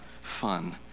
fun